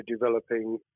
developing